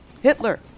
Hitler